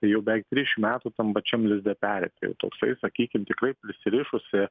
jau beveik trišim metų tam pačiam lizde peri tai jau toksai sakykim tikrai prisirišusi